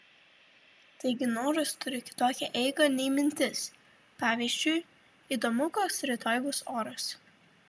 taigi noras turi kitokią eigą nei mintis pavyzdžiui įdomu koks rytoj bus oras